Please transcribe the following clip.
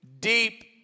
deep